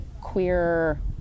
queer